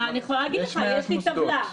יש מעט מוסדות.